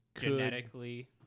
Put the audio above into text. genetically